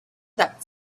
that